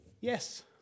Yes